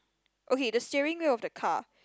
okay the steering wheel of the car